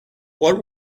what